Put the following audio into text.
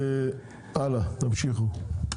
תמשיכו.